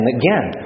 again